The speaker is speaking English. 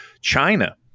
China